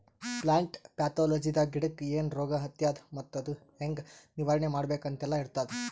plant ಪ್ಯಾಥೊಲಜಿದಾಗ ಗಿಡಕ್ಕ್ ಏನ್ ರೋಗ್ ಹತ್ಯಾದ ಮತ್ತ್ ಅದು ಹೆಂಗ್ ನಿವಾರಣೆ ಮಾಡ್ಬೇಕ್ ಅಂತೆಲ್ಲಾ ಇರ್ತದ್